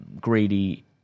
greedy